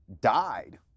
died